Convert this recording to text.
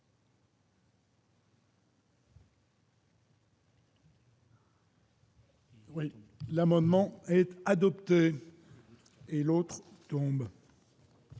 L'amendement est adopté et l'autre tombe.